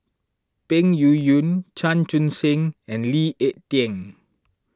Peng Yuyun Chan Chun Sing and Lee Ek Tieng